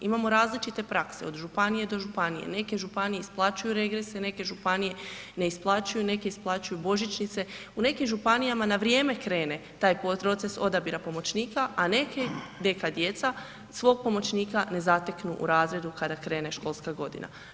Imamo različite prakse od županije do županije, neke županije isplaćuju regrese, neke županije ne isplaćuju, neke isplaćuju božićnice, u nekim županijama na vrijeme krene taj proces odabira pomoćnika, a neki neka djeca svog pomoćnika ne zateknu u razredu kada krene školska godina.